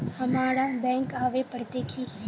हमरा बैंक आवे पड़ते की?